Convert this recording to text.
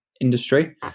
industry